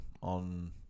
on